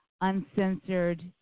uncensored